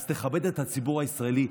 אז תכבד את הציבור הישראלי,